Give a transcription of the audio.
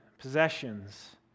possessions